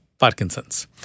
Parkinson's